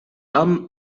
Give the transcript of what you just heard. tom